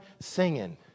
singing